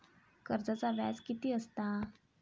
कर्जाचा व्याज कीती असता?